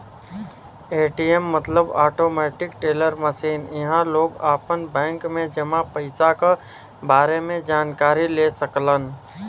ATM मतलब automatic teller machine इहां लोग आपन बैंक में जमा पइसा क बारे में जानकारी ले सकलन